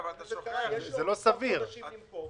אבל אנחנו מעדיפים להסדיר את זה בהחלטת ממשלה,